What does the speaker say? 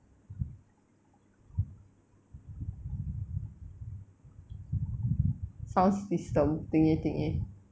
sounds system thingy thingy